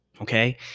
Okay